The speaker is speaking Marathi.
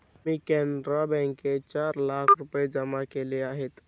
मी कॅनरा बँकेत चार लाख रुपये जमा केले आहेत